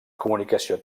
comunicació